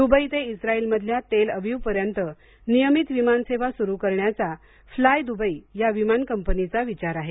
Dubai ते इस्राइलमधल्या Tel Aviv पर्यंत नियमित विमानसेवा सुरू करण्याचा फ्लायदुबई या विमान कंपनीचा विचार आहे